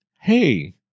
hey